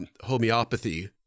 homeopathy